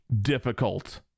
difficult